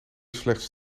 slechts